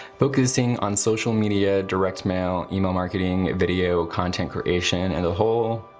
focusing on social media, direct mail, email marketing, video content creation and the whole,